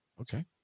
okay